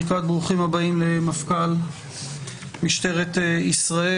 ברכת ברוך הבא למפכ"ל משטרת ישראל,